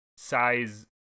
size